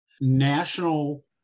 National